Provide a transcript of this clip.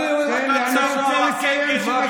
אני, דרך אגב, אומר את העובדות גם לגביך.